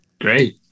Great